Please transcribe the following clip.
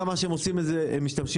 26% עיזים.